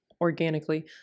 organically